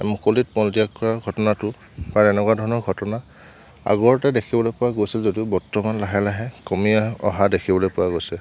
মুকলিত মলত্যাগ কৰা ঘটনাটো বা এনেকুৱা ধৰণৰ ঘটনা আগতে দেখিবলৈ পোৱা গৈছিল যদিওঁ বৰ্তমান লাহে লাহে কমি অহা অহা দেখিবলৈ পোৱা গৈছে